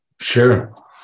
Sure